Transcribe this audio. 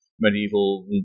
medieval